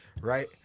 right